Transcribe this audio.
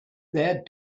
their